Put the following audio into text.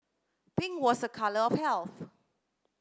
pink was a colour of health